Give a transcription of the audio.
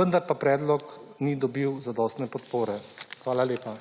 vendar pa predlog ni dobil zadostne podpore. Hvala lepa.